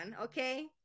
Okay